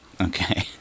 Okay